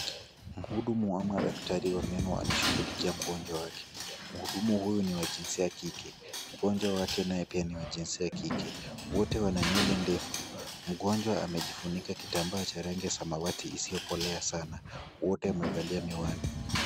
Mhudumu ama daktari wa meno anashugulikia mgonjwa wake. Mhudumu huyu ni wa jinsia ya kike. Mgonjwa wake naye pia ni wa jinsia ya kike. Wote wana nyewele ndefu. Mgonjwa amejifunika kitambaa cha rangi ya samawati isiyokolea sana. Wote wamevalia miwani.